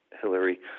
Hillary